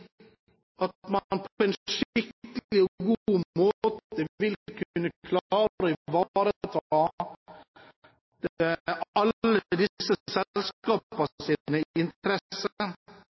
at man på en skikkelig og god måte vil kunne klare å ivareta alle disse selskapenes interesse, og ikke minst statens og skattebetalernes interesse,